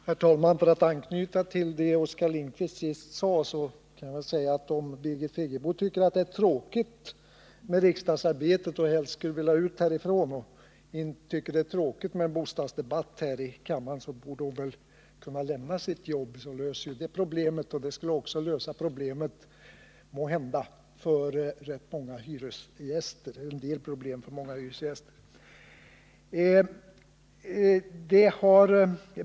Herr talman! För att anknyta till det som Oskar Lindkvist sade sist i sitt anförande vill jag framhålla att om Birgit Friggebo tycker att det är tråkigt med riksdagsarbetet och bostadsdebatter här i kammaren och helst skulle vilja ut härifrån, borde hon väl lämna sitt jobb. Då löses ju det problemet, och det skulle måhända även lösa en del problem för rätt många hyresgäster.